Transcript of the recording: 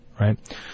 right